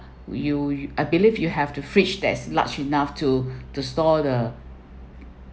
you I believe you have the fridge that's large enough to to store the